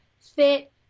fit